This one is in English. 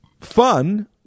fun